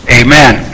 amen